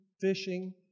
fishing